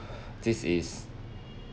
this is